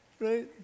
right